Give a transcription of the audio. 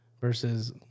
versus